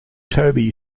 toby